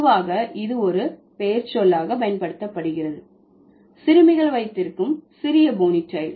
பொதுவாக இது ஒரு பெயர்ச்சொல்லாக பயன்படுத்தப்படுகிறது சிறுமிகள் வைத்திருக்கும் சிறிய போனிடெயில்